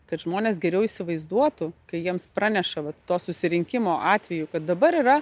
kad žmonės geriau įsivaizduotų kai jiems praneša vat to susirinkimo atveju kad dabar yra